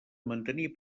mantenir